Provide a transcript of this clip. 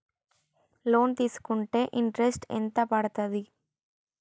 Loan తీస్కుంటే interest ఎంత పడ్తది?